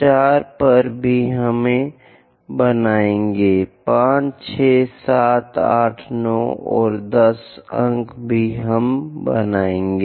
4 पर भी हम बनायेगे 5 6 7 8 9 और 10 अंक भी हम बनायेगे